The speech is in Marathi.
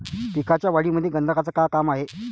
पिकाच्या वाढीमंदी गंधकाचं का काम हाये?